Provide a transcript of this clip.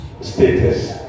status